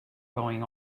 going